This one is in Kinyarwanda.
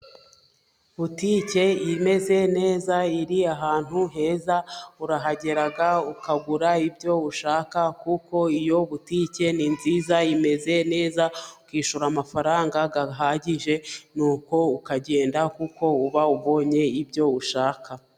Botike imeze neza iri ahantu heza, urahagera ukagura ibyo ushaka kuko iyo botike ni nziza imeze neza, ukishyura amafaranga ahagije nuko ukagenda kuko uba ubonye ibyo ushaka.